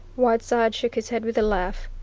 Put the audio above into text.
whiteside shook his head with a laugh.